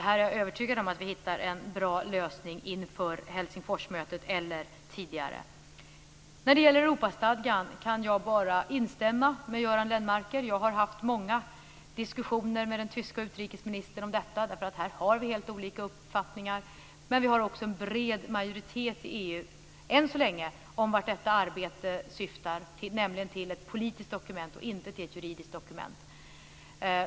Här är jag övertygad om att vi hittar en bra lösning inför Helsingforsmötet eller tidigare. När det gäller Europastadgan kan jag bara instämma med Göran Lennmarker. Jag har haft många diskussioner med den tyske utrikesministern om detta, och här har vi helt olika uppfattningar. Men vi har också än så länge en bred majoritet i EU när det gäller vart detta arbete syftar, nämligen till ett politiskt dokument, och inte till ett juridiskt dokument.